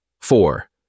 four